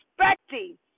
expecting